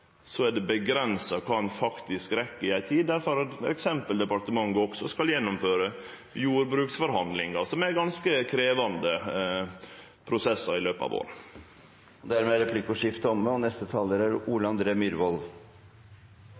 er det grenser for kva ein faktisk rekk på den tida, der departementet f.eks. også skal gjennomføre jordbruksforhandlingar, som er ganske krevjande prosessar, i løpet av våren. Dermed er replikkordskiftet omme.